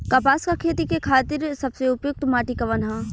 कपास क खेती के खातिर सबसे उपयुक्त माटी कवन ह?